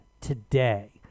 today